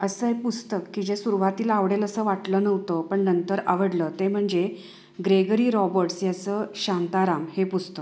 असं हे पुस्तक की जे सुरवातीला आवडेल असं वाटलं नव्हतं पण नंतर आवडलं ते म्हणजे ग्रेगरी रॉबर्ट्स याचं शांताराम हे पुस्तक